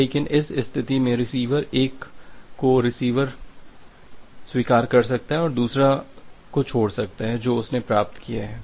लेकिन इस स्थिती में रिसीवर एक को स्वीकार कर सकता है और दुसरे को छोड़ सकता है जो उसने प्राप्त किया है